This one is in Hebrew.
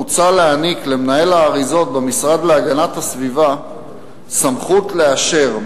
מוצע להעניק למינהל האריזות במשרד להגנת הסביבה סמכות לאשר,